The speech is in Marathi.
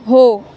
हो